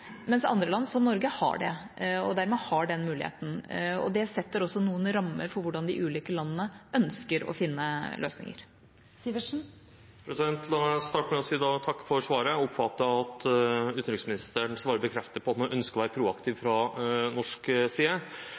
mens andre land, som Norge, har slik lovgivning og har dermed den muligheten. Det setter også noen rammer for hvordan de ulike landene ønsker å finne løsninger. La meg starte med å si takk for svaret. Jeg oppfatter at utenriksministeren svarer bekreftende på at man ønsker å være proaktiv fra norsk side.